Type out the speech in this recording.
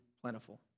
plentiful